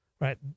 right